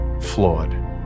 flawed